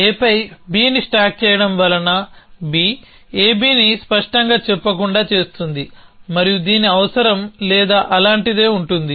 Aపై Bని స్టాక్ చేయడం వలన B ABని స్పష్టంగా చెప్పకుండా చేస్తుంది మరియు దీని అవసరం లేదా అలాంటిదే ఉంటుంది